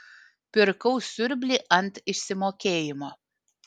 pirkau siurblį ant išsimokėjimo